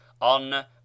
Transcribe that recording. on